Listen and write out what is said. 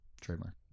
Trademark